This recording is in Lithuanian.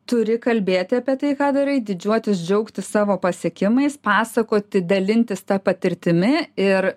turi kalbėti apie tai ką darai didžiuotis džiaugtis savo pasiekimais pasakoti dalintis ta patirtimi ir